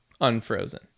unfrozen